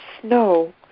snow